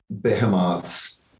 behemoths